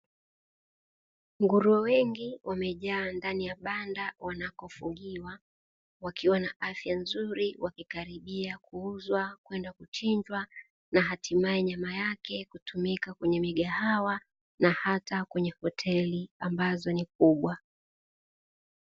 Nguruwengi wamejaa ndani ya banda wanaofugwa, wakiwa na afya nzuri wakikaribia kuuzwa kwenda kuchinjwa na hatimaye nyama yake kutumika kwenye migahawa, na hata kwenye hoteli ambazo ni kubwa.